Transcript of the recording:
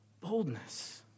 boldness